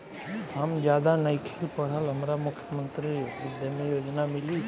हम ज्यादा नइखिल पढ़ल हमरा मुख्यमंत्री उद्यमी योजना मिली?